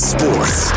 Sports